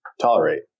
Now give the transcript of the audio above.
Tolerate